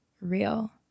real